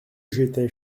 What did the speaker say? j’étais